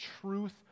truth